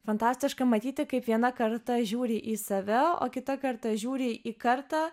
fantastiška matyti kaip viena karta žiūri į save o kita karta žiūri į kartą